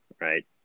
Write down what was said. right